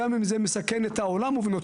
גם אם זה מסכן את העולם ובנותיו.